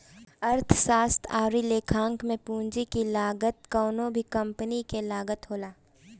अर्थशास्त्र अउरी लेखांकन में पूंजी की लागत कवनो भी कंपनी के लागत होला